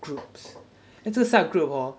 groups then 这个 sub group hor